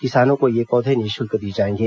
किसानों को ये पौधे निःशुल्क दिए जाएंगे